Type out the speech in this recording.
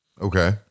Okay